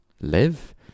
live